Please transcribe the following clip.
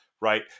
right